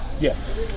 Yes